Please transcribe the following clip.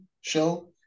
show